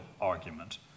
argument